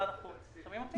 כן.